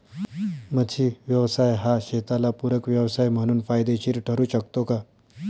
मच्छी व्यवसाय हा शेताला पूरक व्यवसाय म्हणून फायदेशीर ठरु शकतो का?